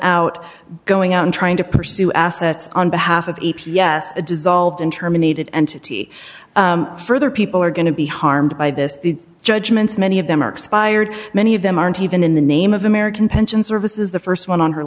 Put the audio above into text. out going out in trying to pursue assets on behalf of apes yes a dissolved in terminated entity further people are going to be harmed by this the judgments many of them are expired many of them aren't even in the name of american pension service is the st one on her